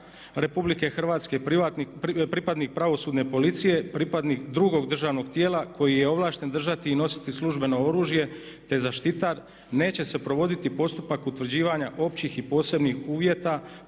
Oružanih snaga RH, pripadnik Pravosudne policije, pripadnik drugog državnog tijela koji je ovlašten držati i nositi službeno oružje, te zaštitar neće se provoditi postupak utvrđivanja općih i posebnih uvjeta